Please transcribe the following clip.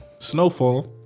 Snowfall